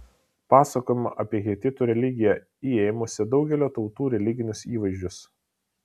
pasakojama apie hetitų religiją įėmusią daugelio tautų religinius įvaizdžius